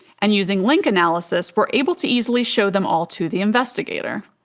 and using link analysis, we're able to easily show them all to the investigator.